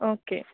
okay